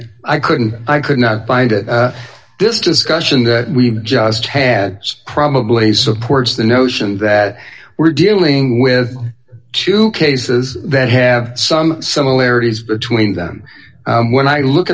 is i couldn't i could not find it this discussion that we just heads probably supports the notion that we're dealing with two cases that have some similarities between them when i look